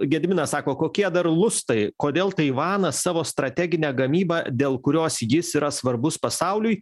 gediminas sako kokie dar lustai kodėl taivanas savo strateginę gamybą dėl kurios jis yra svarbus pasauliui